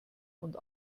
und